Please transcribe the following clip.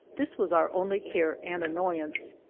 this was our only care and annoyance.